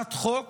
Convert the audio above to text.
בהצעת חוק